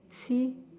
see